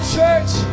church